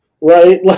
right